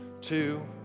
two